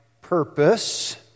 purpose